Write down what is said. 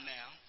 now